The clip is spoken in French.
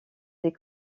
des